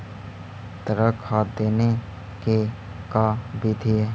तरल खाद देने के का बिधि है?